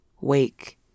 wake